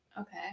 Okay